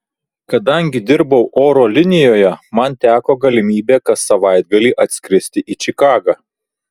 kadangi dirbau oro linijoje man teko galimybė kas savaitgalį atskristi į čikagą